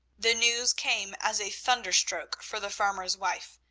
the news came as a thunder-stroke for the farmer's wife,